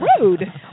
rude